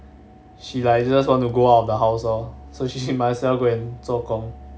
she like just want to go out of the house lor so she might as well go and 做工